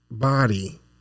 body